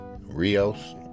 Rios